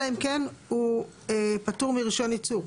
אלא אם כן הוא פטור מרישיון ייצור.